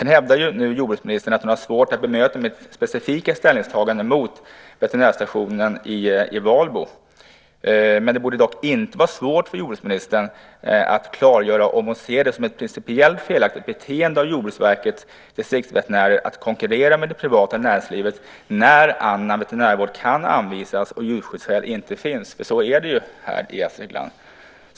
Nu hävdar jordbruksministern att hon har svårt att bemöta mitt specifika ställningstagande mot veterinärstationen i Valbo. Det borde dock inte vara svårt för jordbruksministern att klargöra om hon ser det som ett principiellt felaktigt beteende av Jordbruksverkets distriktsveterinärer att konkurrera med det privata näringslivet när annan veterinärvård kan anvisas och djurskyddsskäl inte finns, för så är det ju i Gästrikland.